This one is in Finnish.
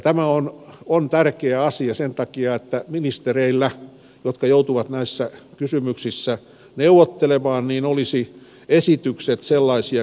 tämä on tärkeä asia sen takia että ministereillä jotka joutuvat näissä kysymyksissä neuvottelemaan olisivat esitykset sellaisia kuin niiden tarvitsee olla